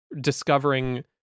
discovering